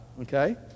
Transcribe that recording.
Okay